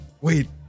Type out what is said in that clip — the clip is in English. wait